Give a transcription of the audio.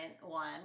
one